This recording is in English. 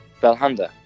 Belhanda